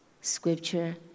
scripture